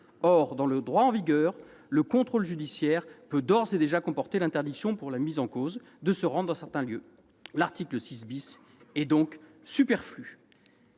Or, dans le droit en vigueur, le contrôle judiciaire peut d'ores et déjà comporter l'interdiction, pour le mis en cause, de se rendre dans certains lieux. L'article 6 est donc superflu.